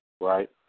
right